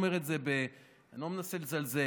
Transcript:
אני לא מנסה לזלזל.